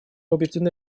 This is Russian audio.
убеждены